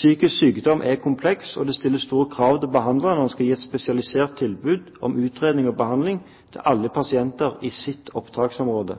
Psykisk sykdom er komplekst, og det stilles store krav til behandleren når han skal gi et spesialisert tilbud om utredning og behandling til alle pasienter i sitt opptaksområde.